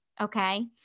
Okay